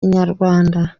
inyarwanda